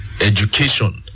education